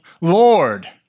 Lord